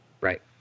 Right